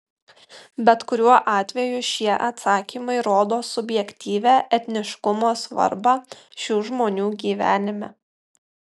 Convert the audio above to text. bet kuriuo atveju šie atsakymai rodo subjektyvią etniškumo svarbą šių žmonių gyvenime